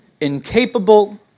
incapable